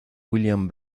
william